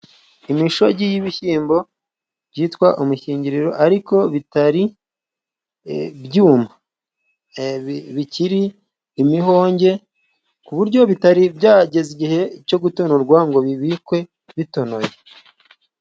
Imishogi y'ibishyimbo byitwa umushingiriro ariko bitari byuma bikiri imihonge, ku buryo bitari byageza igihe cyo gutonorwa ngo bibikwe bitonoye.